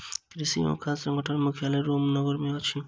कृषि एवं खाद्य संगठन के मुख्यालय रोम नगर मे अछि